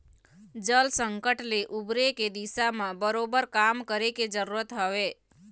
जल संकट ले उबरे के दिशा म बरोबर काम करे के जरुरत हवय